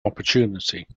opportunity